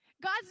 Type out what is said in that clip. God's